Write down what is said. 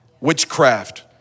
Witchcraft